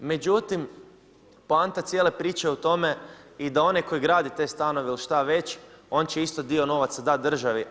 Međutim, poanta cijele priče je u tome i da oni koji gradi te stanove ili šta već on će isto dio novaca dati državi.